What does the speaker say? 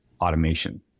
automation